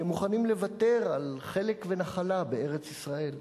שמוכנים לוותר על חלק ונחלה בארץ-ישראל.